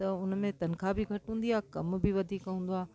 त हुनमें तनख़्वाह बि घटि हूंदी आहे कम बि वधीक हूंदो आहे